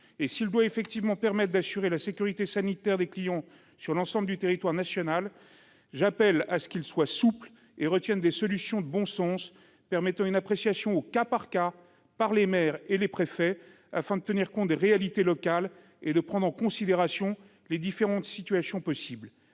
Il doit effectivement permettre d'assurer la sécurité sanitaire des clients sur l'ensemble du territoire national. Cela étant, il doit être souple et retenir des solutions de bon sens, permettant une appréciation au cas par cas par les maires et les préfets afin de tenir compte des réalités locales et de prendre en considération les différentes situations possibles.